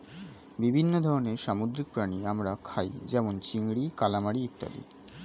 বিভিন্ন ধরনের সামুদ্রিক প্রাণী আমরা খাই যেমন চিংড়ি, কালামারী ইত্যাদি